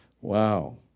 Wow